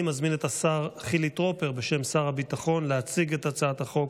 אני מזמין את השר חילי טרופר להציג את הצעת החוק